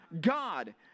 God